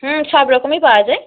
হুম সব রকমই পাওয়া যায়